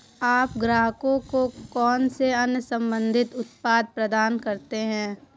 आप ग्राहकों को कौन से अन्य संबंधित उत्पाद प्रदान करते हैं?